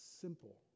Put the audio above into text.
simple